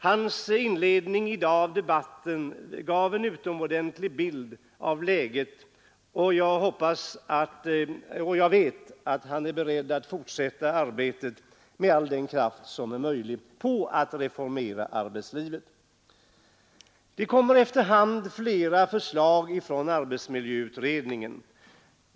Hans inledning av debatten i dag gav en utomordentlig bild av läget, och jag vet att han är beredd att med all den kraft som är möjlig fortsätta strävandena att reformera arbetslivet. Det kommer efter hand flera förslag från arbetsmiljöutredningen.